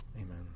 Amen